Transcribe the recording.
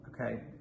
okay